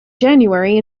january